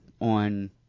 on